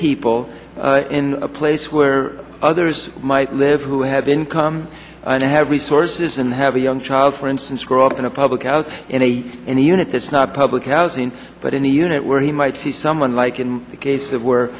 people in a place where others might live who have income and have resources and have a young child for instance grow up in a public house in a in a unit that's not public housing but in the unit where he might see someone like in the case of where